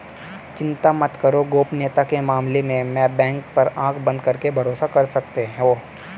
चिंता मत करो, गोपनीयता के मामले में बैंक पर आँख बंद करके भरोसा कर सकते हो